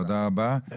תודה רבה,